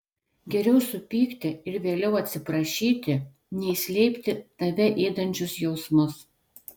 geriau supykti ir vėliau atsiprašyti nei slėpti tave ėdančius jausmus